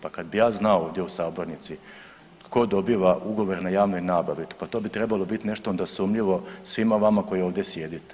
Pa kad bih ja znao ovdje u sabornici tko dobiva ugovor na javnoj nabavi, pa to bi trebalo biti nešto onda sumnjivo svima vama koji ovdje sjedite.